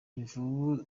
imvubu